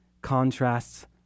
contrasts